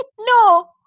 No